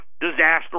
disaster